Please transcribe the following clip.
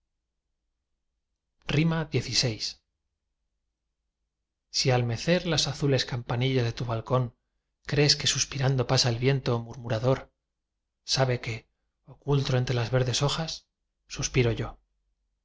visión xvi si al mecer las azules campanillas de tu balcón crees que suspirando pasa el viento murmurador sabe que oculto entre las verdes hojas suspiro yo